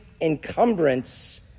encumbrance